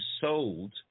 sold